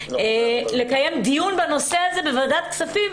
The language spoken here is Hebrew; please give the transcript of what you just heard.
לקיים דיון בנושא הזה בוועדת כספים,